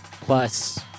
plus